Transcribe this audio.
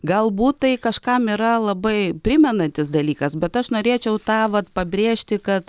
galbūt tai kažkam yra labai primenantis dalykas bet aš norėčiau tą vat pabrėžti kad